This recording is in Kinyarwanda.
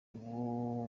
uwo